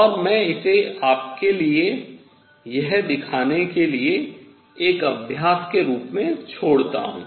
और मैं इसे आपके लिए यह दिखाने के लिए एक अभ्यास के रूप में छोड़ता हूँ